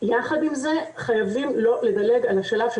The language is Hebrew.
יחד עם זה חייבים לא לדלג על השלב של